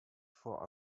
for